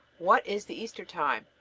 what is the easter time?